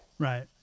Right